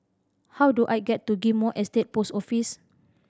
how do I get to Ghim Moh Estate Post Office